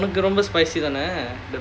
ரொம்ப:romba spicy தானே:thaanae